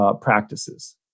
practices